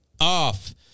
off